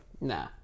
Nah